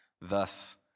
thus